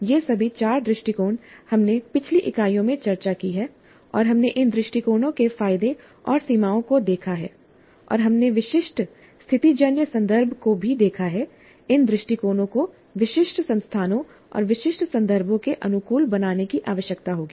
ये सभी चार दृष्टिकोण हमने पिछली इकाइयों में चर्चा की है और हमने इन दृष्टिकोणों के फायदे और सीमाओं को देखा है और हमने विशिष्ट स्थितिजन्य संदर्भ को भी देखा है इन दृष्टिकोणों को विशिष्ट संस्थानों और विशिष्ट संदर्भों के अनुकूल बनाने की आवश्यकता होगी